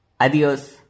Adiós